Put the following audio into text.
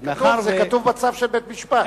זה כתוב בצו של בית-משפט.